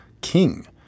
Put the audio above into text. king